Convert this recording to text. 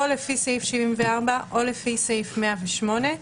או לפי סעיף 74 או לפי סעיף 108,